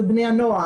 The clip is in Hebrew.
אצל בני הנוער.